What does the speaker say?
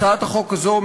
הצעת החוק הזאת,